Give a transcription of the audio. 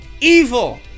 evil